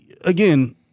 again